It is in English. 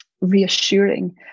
reassuring